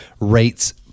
rates